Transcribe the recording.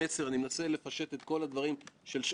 אני חייב לציין דבר נוסף ואחרון,